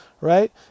right